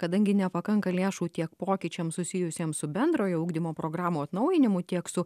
kadangi nepakanka lėšų tiek pokyčiams susijusiem su bendrojo ugdymo programų atnaujinimu tiek su